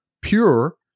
Pure